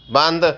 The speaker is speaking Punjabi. ਬੰਦ